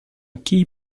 key